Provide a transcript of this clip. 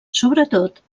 sobretot